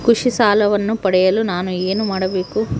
ಕೃಷಿ ಸಾಲವನ್ನು ಪಡೆಯಲು ನಾನು ಏನು ಮಾಡಬೇಕು?